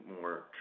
more